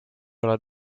oled